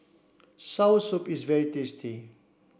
Soursop is very tasty